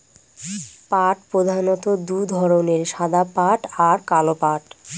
পাট প্রধানত দু ধরনের সাদা পাট আর কালো পাট